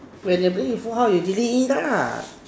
when they bring it full house you delete it la